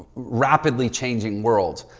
rapidly changing world,